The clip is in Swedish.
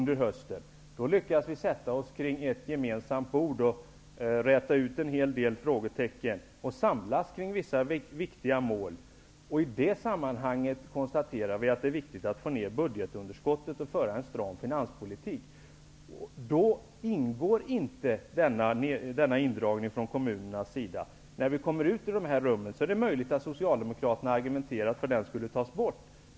Då lyckades vi sätta oss kring ett gemensamt bord och räta ut en hel del frågetecken och samlas kring vissa viktiga mål. I det sammanhanget konstaterar vi att det är viktigt att man får ned budgetunderskottet och för en stram finanspolitik. Då ingår inte denna indragning från kommunernas sida. När vi har kommit ut ur dessa rum är det möjligt att Socialdemokraterna har argumenterat för att indragningen den skulle tas bort.